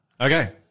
Okay